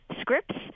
scripts